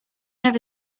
never